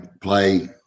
play